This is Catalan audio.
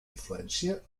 influència